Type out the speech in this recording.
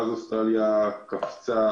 אבל אז אוסטרליה עשתה קפיצה.